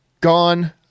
gone